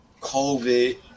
COVID